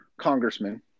congressman